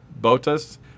Botas